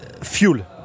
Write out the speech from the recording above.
fuel